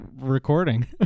recording